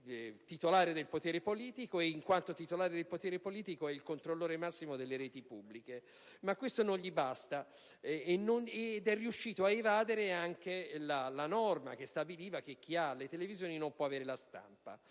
è titolare del potere politico e in quanto tale è il controllore massimo delle reti pubbliche. Ma questo non gli basta! E' riuscito ad aggirare anche la norma che stabiliva che chi ha le televisioni non può avere la stampa: